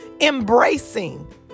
embracing